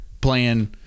playing